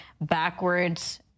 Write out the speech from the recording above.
backwards